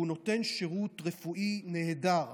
והוא נותן שירות רפואי נהדר.